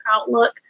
outlook